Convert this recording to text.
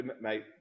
mate